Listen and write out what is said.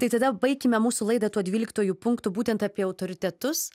tai tada baikime mūsų laidą tuo dvyliktuoju punktu būtent apie autoritetus